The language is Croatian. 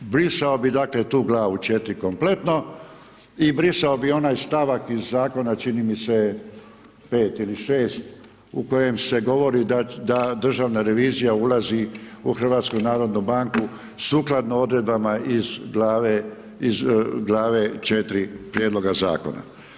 A brisao bih dakle tu glavu 4 kompletno i brisao bih onaj stavak iz zakona, čini mi se 5 ili 6 u kojem se govori da državna revizija ulazi u HNB sukladno odredbama iz glave 4 prijedloga zakona.